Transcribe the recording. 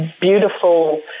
beautiful